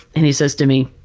and he says to me,